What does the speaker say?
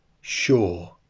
sure